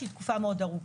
שהיא תקופה מאוד ארוכה.